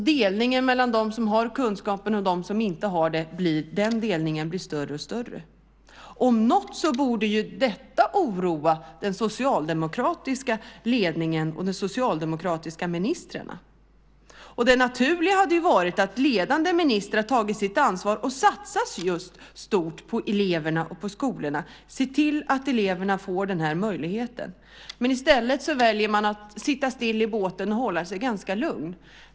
Delningen mellan dem som har kunskapen och dem som inte har det blir större och större. Om något borde det oroa den socialdemokratiska ledningen och de socialdemokratiska ministrarna. Det naturliga hade varit att ledande ministrar tagit sitt ansvar och satsat stort på eleverna och skolorna och sett till att eleverna får den möjligheten. I stället väljer man att sitta still i båten och hålla sig ganska lugn.